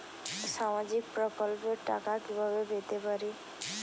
সামাজিক প্রকল্পের টাকা কিভাবে পেতে পারি?